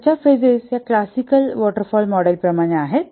त्याच्या फेजेस ह्या classical waterfall model प्रमाणे आहेत